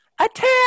attack